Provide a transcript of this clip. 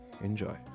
Enjoy